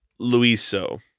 Luiso